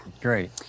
Great